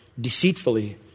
deceitfully